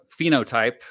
phenotype